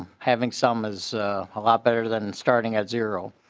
having some is a lot better than starting at zero.